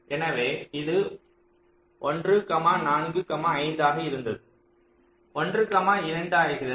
எனவே இது 1 4 5 ஆக இருந்தது 1 2 ஆகிறது